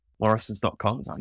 morrisons.com